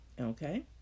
okay